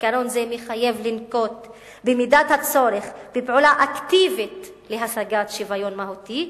ועיקרון זה מחייב לנקוט במידת הצורך פעולה אקטיבית להשגת שוויון מהותי,